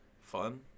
Fun